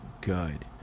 good